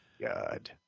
God